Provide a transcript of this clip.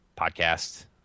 podcast